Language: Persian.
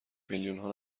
میلیونها